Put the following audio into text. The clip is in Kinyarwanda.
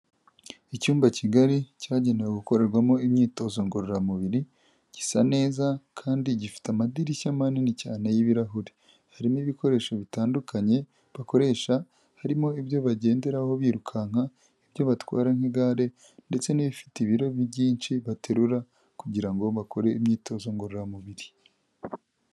Icyumba kigari cyagenewe gukorerwamo imyitozo ngororamubiri, gisa neza kandi gifite amadirishya manini cyane y'ibirahure. Harimo ibikoresho bitandukanye bakoresha, harimo ibyo bagenderaho birukanka, ibyo batwara nk'igare ndetse n'ibifite ibiro byinshi baterura kugira ngo bakore imyitozo ngororamubiri.